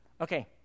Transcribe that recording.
Okay